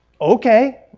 Okay